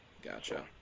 Gotcha